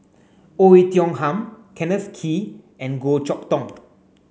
Oei Tiong Ham Kenneth Kee and Goh Chok Tong